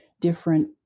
different